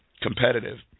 competitive